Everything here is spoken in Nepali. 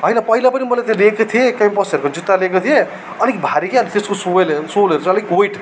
होइन पहिला पनि मैले त्यो लिएको थिएँ क्याम्पसहरूको जुत्ता लिएको थिएँ अलिक भारी क्या त्यसको सोयल सोलहरू चाहिँ अलिक वेट